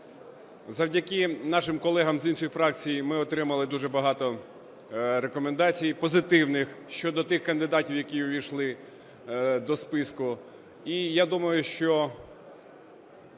Завдяки нашим колегам з інших фракцій ми отримали дуже багато рекомендацій позитивних щодо тих кандидатів, які увійшли до списку.